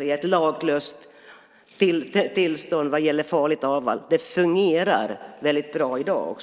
i ett laglöst tillstånd vad gäller farligt avfall. Det fungerar väldigt bra i dag.